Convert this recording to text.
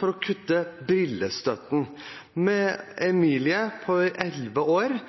for å kutte brillestøtten til Emilie på elleve år,